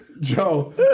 Joe